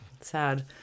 Sad